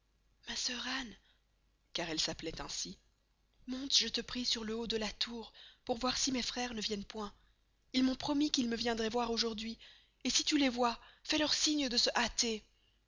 ma sœur anne car elle s'appelloit ainsi monte je te prie sur le haut de la tour pour voir si mes freres ne viennent point ils m'ont promis qu'ils me viendroient voir aujourd'huy et si tu les vois fais-leur signe de se hâter